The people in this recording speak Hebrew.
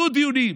יהיו דיונים,